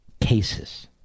Cases